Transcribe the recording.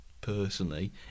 personally